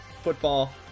football